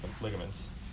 ligaments